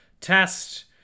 test